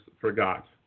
forgot